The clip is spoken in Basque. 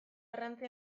garrantzi